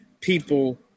people